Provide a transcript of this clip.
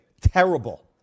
Terrible